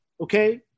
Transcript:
Okay